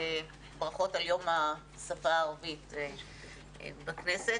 ברכות על יום השפה הערבית בכנסת,